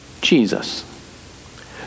Jesus